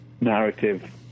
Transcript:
narrative